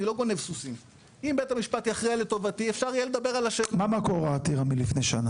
אני דורש ממך עכשיו לקבל החלטה לעצירה מנהלית,